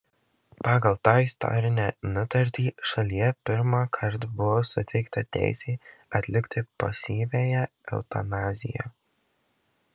pagal tą istorinę nutartį šalyje pirmąkart buvo suteikta teisė atlikti pasyviąją eutanaziją